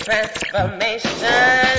Transformation